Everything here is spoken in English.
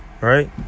Right